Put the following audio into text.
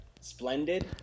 splendid